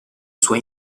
sua